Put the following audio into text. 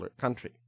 country